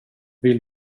vill